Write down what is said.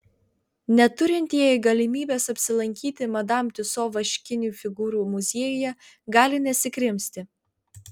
neturintieji galimybės apsilankyti madam tiuso vaškinių figūrų muziejuje gali nesikrimsti